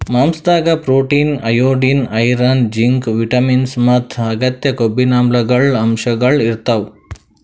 ಮಾಂಸಾದಾಗ್ protein, iodine, iron, zinc, vitamins ಮತ್ತ್ ಅಗತ್ಯ ಕೊಬ್ಬಿನಾಮ್ಲಗಳ್ ಅಂಶಗಳ್ ಇರ್ತವ್